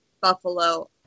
Buffalo